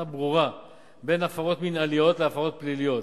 ברורה בין הפרות מינהליות להפרות פליליות,